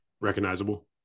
recognizable